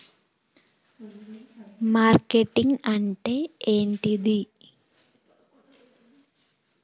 Marketing అంటే ఏంటిది?